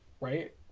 Right